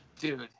dude